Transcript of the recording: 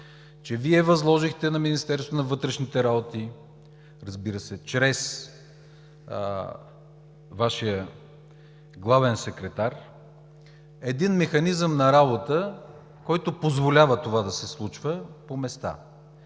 че Вие възложихте на Министерството на вътрешните работи, разбира се, чрез Вашия главен секретар, един механизъм на работа, който позволява това да се случва по места